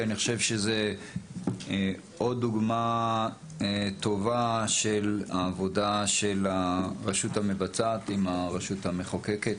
אני חושב שזו עוד דוגמה טובה לעבודה של הרשות המבצעת עם הרשות המחוקקת,